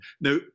Now